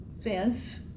fence